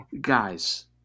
Guys